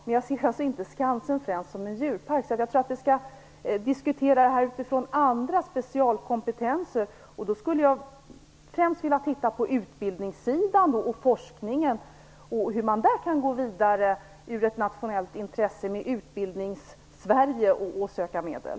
Men jag ser alltså inte Skansen främst som en djurpark. Jag tror att vi skall diskutera frågan utifrån andra specialkompetenser. Jag tror att man främst skall se på hur man när det gäller utbildning och forskning kan gå vidare med ett nationellt intresse, med Utbildningssverige, och söka medel.